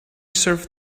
serve